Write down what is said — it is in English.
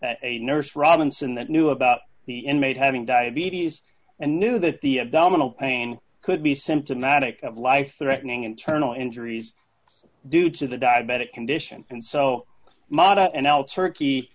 that a nurse robinson that knew about the inmate having diabetes and knew that the dominant pain could be symptomatic of life threatening internal injuries due to the diabetic condition and so mata and l turkey